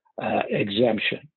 exemption